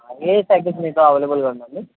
ఏ packet మీతో అవైలబల్గా ఉందండి